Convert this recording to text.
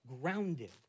grounded